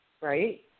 right